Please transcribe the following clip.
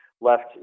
left